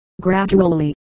gradually